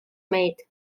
meid